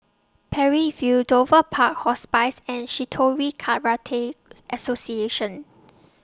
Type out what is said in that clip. Parry View Dover Park Hospice and Shitoryu Karate Association